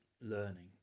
learning